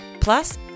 Plus